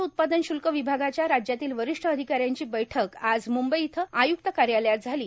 राज्य उत्पादन श्रल्क ववभागाच्या राज्यातील वारष्ठ अर्धकाऱ्यांची बैठक आज मुंबई इथं आयुक्त कायालयात झाला